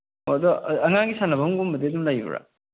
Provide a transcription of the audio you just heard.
ꯍꯣ ꯑꯗꯣ ꯑꯉꯥꯡꯒꯤ ꯁꯥꯟꯅꯐꯝꯒꯨꯝꯕꯗꯤ ꯑꯗꯨꯝ ꯂꯩꯕ꯭ꯔꯥ